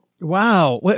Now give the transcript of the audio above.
Wow